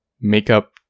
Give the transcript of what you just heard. makeup